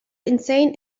insane